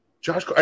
Josh